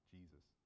Jesus